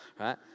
right